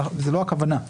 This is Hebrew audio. וזו לא הכוונה.